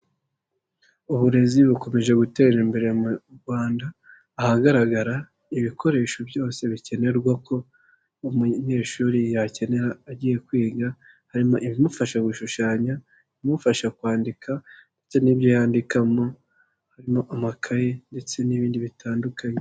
Uburezi bukomeje gutera imbere mu Rwanda ahagaragara ibikoresho byose bikenerwa ko umunyeshuri yakenera agiye kwiga harimo ibimufasha gushushanya, ibimufasha kwandika ndetse n'ibyo yandikamo, harimo amakaye ndetse n'ibindi bitandukanye.